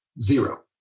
zero